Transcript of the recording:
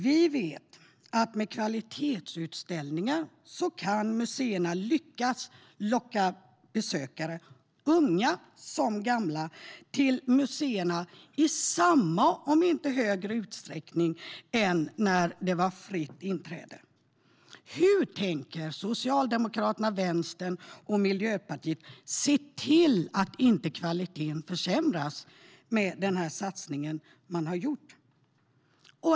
Vi vet att med kvalitetsutställningar kan museerna lyckas locka besökare, unga som gamla, i samma om inte högre utsträckning än när det var fritt inträde. Hur tänker Socialdemokraterna, Vänstern och Miljöpartiet se till att kvaliteten inte försämras med satsningen man har gjort?